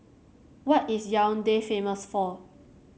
what is Yaounde famous for